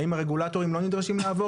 האם הרגולטורים לא נדרשים לעבור,